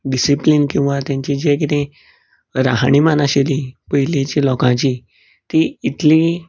discipline किंवां तेंचें जें कितें राहणिमान आशिल्ली पयलीची लोकांची ती इतली